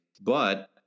But-